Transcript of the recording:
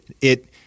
it-